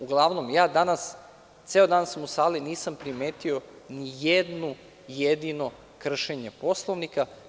Uglavnom, ceo dan sam u sali i nisam primetio ni jedno jedino kršenje Poslovnika.